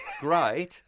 great